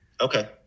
Okay